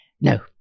No